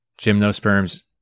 gymnosperms